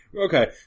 Okay